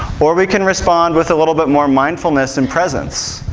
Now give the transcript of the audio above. or we can respond with a little bit more mindfulness and presence,